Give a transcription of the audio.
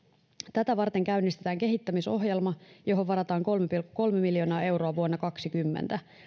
tätä varten käynnistetään kehittämisohjelma johon varataan kolme kolme miljoonaa euroa vuonna kaksikymmentä